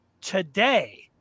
today